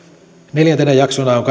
neljäntenä jaksona on